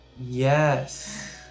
Yes